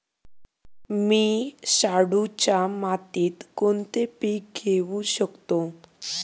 मी शाडूच्या मातीत कोणते पीक घेवू शकतो?